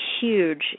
huge